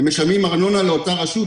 הם משלמים ארנונה לאותה רשות,